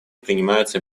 принимаются